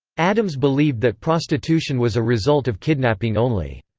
addams believed that prostitution was a result of kidnapping only.